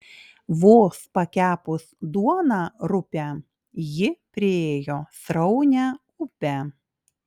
vos pakepus duoną rupią ji priėjo sraunią upę